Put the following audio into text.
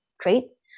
traits